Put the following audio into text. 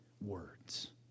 words